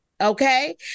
Okay